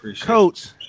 Coach